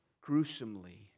gruesomely